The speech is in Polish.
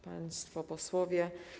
Państwo Posłowie!